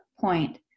point